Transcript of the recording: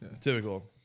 Typical